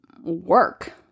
work